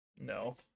No